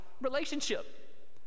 relationship